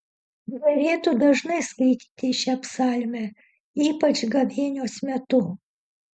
derėtų dažnai skaityti šią psalmę ypač gavėnios metu